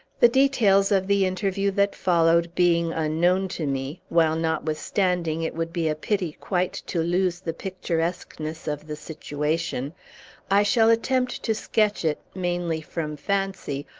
the details of the interview that followed being unknown to me while, notwithstanding, it would be a pity quite to lose the picturesqueness of the situation i shall attempt to sketch it, mainly from fancy,